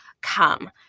come